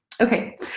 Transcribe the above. Okay